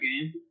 game